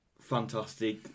fantastic